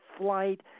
flight